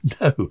No